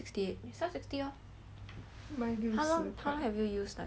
how long how long have you use that